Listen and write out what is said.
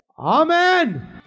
Amen